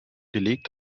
gelegt